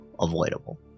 avoidable